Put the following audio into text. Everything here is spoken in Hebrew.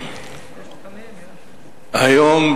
היום,